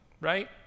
right